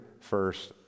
first